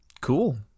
Cool